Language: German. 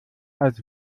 als